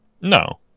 No